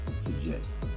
suggests